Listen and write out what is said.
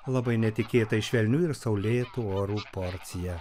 labai netikėtai švelnių ir saulėtų orų porciją